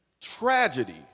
tragedy